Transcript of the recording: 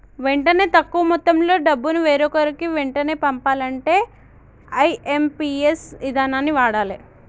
వెంటనే తక్కువ మొత్తంలో డబ్బును వేరొకరికి వెంటనే పంపాలంటే ఐ.ఎమ్.పి.ఎస్ ఇదానాన్ని వాడాలే